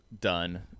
done